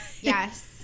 Yes